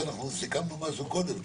כשאנחנו סיכמנו משהו קודם.